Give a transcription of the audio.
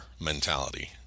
mentality